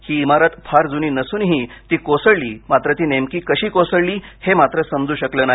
ही इमारत फार जुनी नसूनही ती कोसळली मात्र ती नेमकी कशी कोसळली हे मात्र समजू शकले नाही